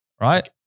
right